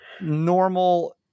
normal